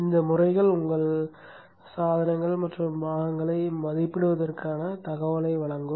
இந்த முறைகள் உங்கள் சாதனங்கள் மற்றும் பாகங்களை மதிப்பிடுவதற்கான தகவலை வழங்கும்